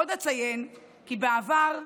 עוד אציין כי בעבר,